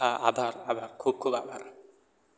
હા આભાર આભાર ખૂબ ખૂબ આભાર